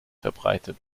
verbreitet